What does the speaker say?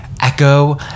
echo